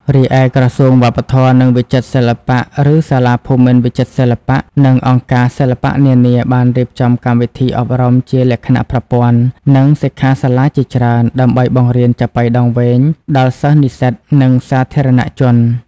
រីឯ ក្រសួងវប្បធម៌ និងវិចិត្រសិល្បៈ ឬសាលាភូមិន្ទវិចិត្រសិល្បៈ និងអង្គការសិល្បៈនានា បានរៀបចំកម្មវិធីអប់រំជាលក្ខណៈប្រព័ន្ធ និងសិក្ខាសាលាជាច្រើន ដើម្បីបង្រៀនចាប៉ីដងវែងដល់សិស្សនិស្សិត និងសាធារណជន។